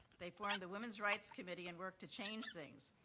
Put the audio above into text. they formed the women's rights committee and worked to change things.